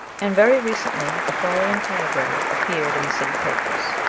and, very recently, the following paragraph appeared in the city papers